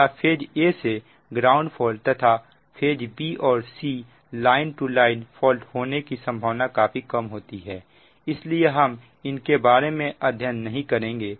या phase a से ground fault तथा फेज b और c line to line fault के होने की संभावना काफी कम होती है इसलिए हम उनके बारे में अध्ययन नहीं करेंगे